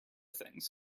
things